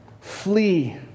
Flee